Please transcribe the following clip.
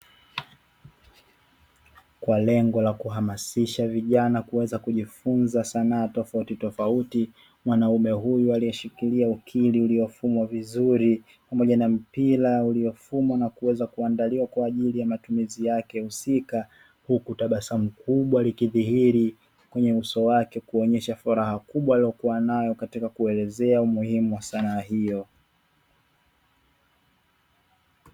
Kwa lengo la kuhamasisha vijana kuweza kujifunza sanaa tofautitofauti, mwanaume huyu aliyeshikilia ukili ulifumwa vizuri pamoja na mpira uliofumwa na kuweza kuandaliwa kwa ajili ya matumizi yake husika, huku tabasamu kubwa likidhihiri kwenye uso wake; kuonyesha furaha kubwa aliyokuwa nayo katika kuelezea umuhimu wa sanaa hiyo.